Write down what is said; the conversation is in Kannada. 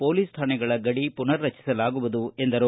ಪೊಲೀಸ್ ಠಾಣೆಗಳ ಗಡಿ ಪುನರ್ರಚಿಸಲಾಗುವುದು ಎಂದರು